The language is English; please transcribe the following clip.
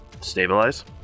Stabilize